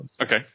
Okay